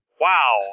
Wow